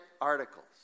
articles